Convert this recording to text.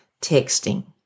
texting